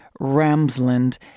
Ramsland